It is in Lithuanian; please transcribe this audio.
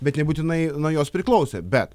bet nebūtinai nuo jos priklausė bet